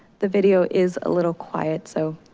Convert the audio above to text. the video is a little quiet so